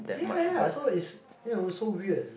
ya ya so it's you know it's so weird